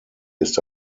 ist